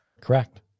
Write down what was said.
Correct